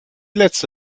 letzte